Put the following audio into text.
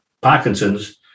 Parkinson's